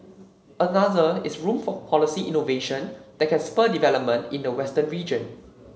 another is room for policy innovation that can spur development in the western region